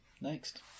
Next